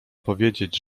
powiedzieć